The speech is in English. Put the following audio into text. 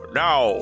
now